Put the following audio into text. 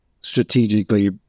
strategically